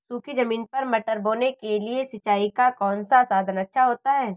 सूखी ज़मीन पर मटर बोने के लिए सिंचाई का कौन सा साधन अच्छा होता है?